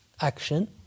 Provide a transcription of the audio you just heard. action